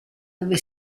dove